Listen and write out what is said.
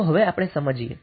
તે હવે આપણે સમજીએ